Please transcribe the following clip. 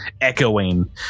echoing